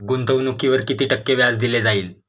गुंतवणुकीवर किती टक्के व्याज दिले जाईल?